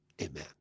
Amen